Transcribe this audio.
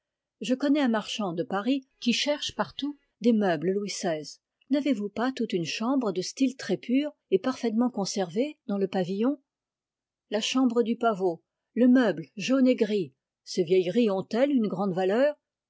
je connais un marchant de paris qui cherche partout des meubles louis xvi n'avez-vous pas toute une chambre de style très pur et parfaitement conservée dans le pavillon la chambre du pavot le meuble jaune et gris ces vieilleries ont une valeur